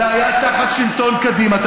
זה היה תחת שלטון קדימה.